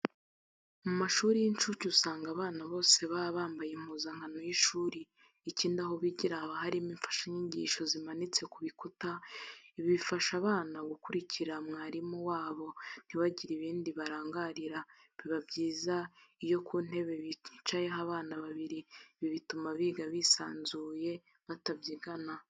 Mu mashuri y'incuke usanga abana bose baba bambaye impuzankano y'ishuri, ikindi aho bigira haba harimo imfashanyigisho zimanitse ku bikuta, ibi bifasha abana gukurikira mwarimu wabo ntibagire ibindi barangarira, biba byiza iyo ku ntebe hicaraho abana babiri, ibi bituma biga bisanzuye batabyigana.